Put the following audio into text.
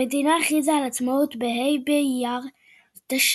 המדינה הכריזה על עצמאותה בה' באייר תש"ח,